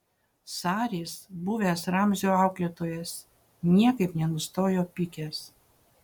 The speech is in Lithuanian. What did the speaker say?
saris buvęs ramzio auklėtojas niekaip nenustojo pykęs